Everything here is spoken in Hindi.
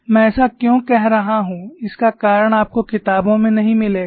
मैं ऐसा क्यों कह रहा हूं इसका कारण आपको किताबों में नहीं मिलेगा